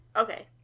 Okay